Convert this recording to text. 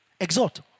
exhort